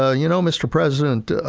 ah you know, mr. president,